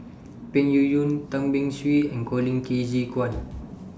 Peng Yuyun Tan Beng Swee and Colin Qi Zhe Quan